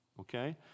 Okay